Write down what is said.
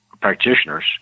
practitioners